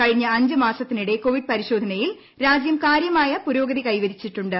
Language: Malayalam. കഴിഞ്ഞ അഞ്ച് മാസത്തിനിടെ കോവിഡ് പരിശോധനയിൽ രാജ്യം കാര്യമായ പുരോഗതി കൈവരിച്ചിട്ടുണ്ട്